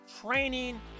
training